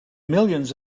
millions